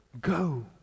go